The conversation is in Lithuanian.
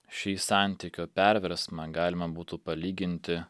šį santykio perversmą galima būtų palyginti